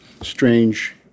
strange